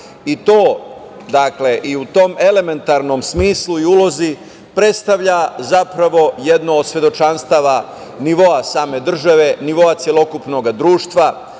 i to, dakle i u tom elementarnom smislu i ulozi predstavlja, zapravo jedno od svedočanstava nivoa same države, nivoa celokupnog društva. To